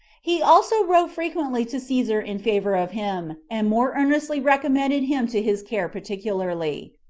he also wrote frequently to caesar in favor of him, and more earnestly recommended him to his care particularly.